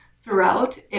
throughout